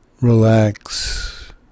relax